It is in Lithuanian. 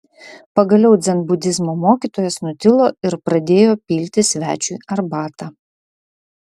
pagaliau dzenbudizmo mokytojas nutilo ir pradėjo pilti svečiui arbatą